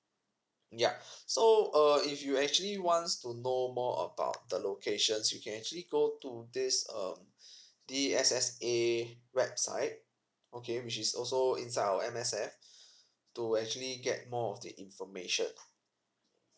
yeah so uh if you actually want to know more about the locations you can actually go to this um the S_S_A website okay which is also inside our M_S_F to actually get more of the information